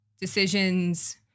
decisions